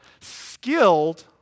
skilled